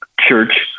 church